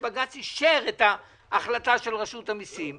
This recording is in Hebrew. שבג"ץ אישר את ההחלטה של רשות המיסים,